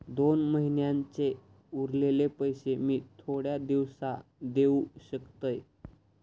दोन महिन्यांचे उरलेले पैशे मी थोड्या दिवसा देव शकतय?